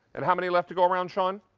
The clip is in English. and how many left to go around shawn?